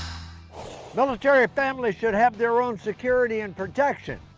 military families should have their own security and protection.